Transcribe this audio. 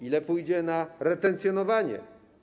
Ile pójdzie na retencjonowanie?